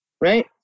Right